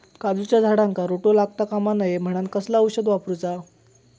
काजूच्या झाडांका रोटो लागता कमा नये म्हनान कसला औषध वापरूचा?